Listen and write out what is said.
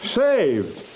saved